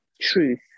truth